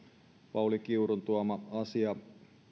pauli kiurun esille tuoma asia jonka